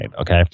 okay